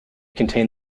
contained